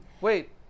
wait